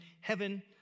heaven